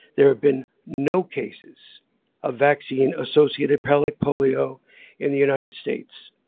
there have been no cases of vaccine associated polio polio in the united states.